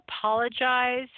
apologize